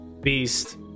beast